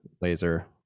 Laser